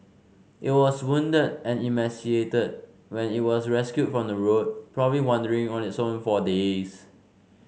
it was wounded and emaciated when it was rescued from the road probably wandering on its own for days